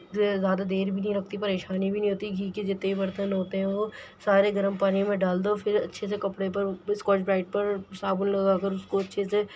زیادہ دیر بھی نہیں لگتی پریشانی بھی نہیں ہوتی گھی کے جتے بھی برتن ہوتے ہیں وہ سارے گرم پانی میں ڈال دو پھر اچھے سے کپڑے پر اسکاچ برائڈ پر صابن لگا کر اس کو اچھے سے